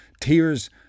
tears